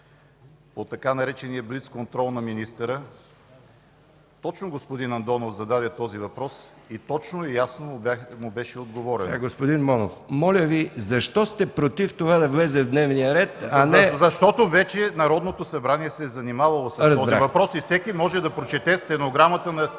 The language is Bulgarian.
по така наречения „блицконтрол” на министъра точно господин Андонов зададе този въпрос и точно и ясно му беше отговорено. ПРЕДСЕДАТЕЛ МИХАИЛ МИКОВ: Господин Монов, моля Ви, защо сте против това да влезе в дневния ред? ХРИСТО МОНОВ: Защото вече Народното събрание се е занимавало с този въпрос и всеки може да прочете стенограмата на